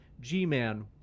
G-Man